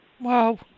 Wow